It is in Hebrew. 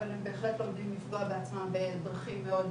אבל הם בהחלט לומדים לפגוע בעצמם בדרכים מאוד